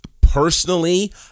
Personally